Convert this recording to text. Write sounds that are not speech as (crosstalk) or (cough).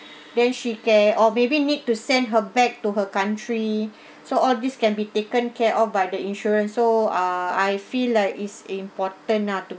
then she can or maybe need to send her back to her country (breath) so all these can be taken care of by the insurance so ah I feel like it's important ah to